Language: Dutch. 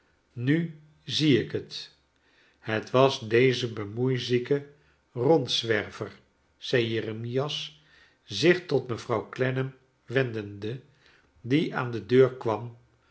nu zie ik het het was deze bemoeizieke rondzwerveiy zei jeremias zich tot mevrouw clennam wendende die aan de deur kwam